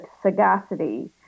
sagacity